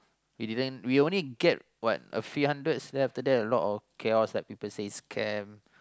we didn't we only get what a few hundreds then after that a lot of chaos like people say scam